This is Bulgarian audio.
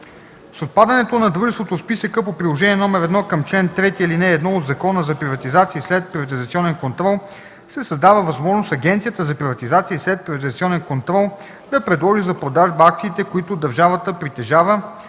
С отпадането на дружеството от списъка по Приложение № 1 към чл. 3, ал. 1 от Закона за приватизация и следприватизационен контрол се създава възможност Агенцията за приватизация и следприватизационен контрол да предложи за продажба акциите, които държавата притежава,